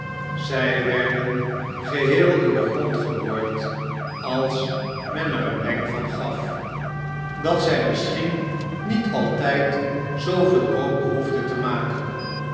zij werden geheel in den grand geboord als men er een wenk van gaf dat zij misschien niet altijd zooveel rook behoefden te maken